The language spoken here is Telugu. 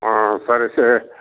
సరే సార్